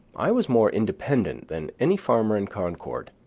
i was more independent than any farmer in concord,